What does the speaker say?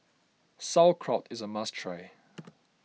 Sauerkraut is a must try